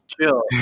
chill